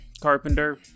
Carpenter